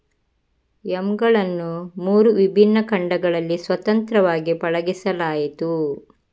ಯಾಮ್ಗಳನ್ನು ಮೂರು ವಿಭಿನ್ನ ಖಂಡಗಳಲ್ಲಿ ಸ್ವತಂತ್ರವಾಗಿ ಪಳಗಿಸಲಾಯಿತು